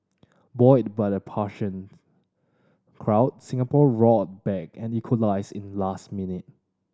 buoyed by the partisans crowd Singapore roared back and equalised in last minute